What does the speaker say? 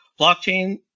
Blockchain